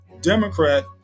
Democrat